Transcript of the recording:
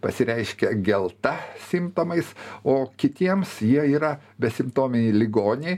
pasireiškia gelta simptomais o kitiems jie yra besimptomiai ligoniai